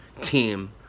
team